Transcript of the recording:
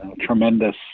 tremendous